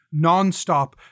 nonstop